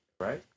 right